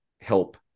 help